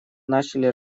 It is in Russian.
начали